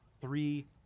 three